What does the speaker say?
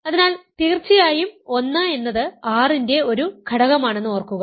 അതിനാൽ തീർച്ചയായും 1 എന്നത് R ന്റെ ഒരു ഘടകമാണെന്ന് ഓർക്കുക